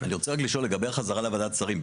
אני רק לשאול לגבי החזרה לוועדת השרים.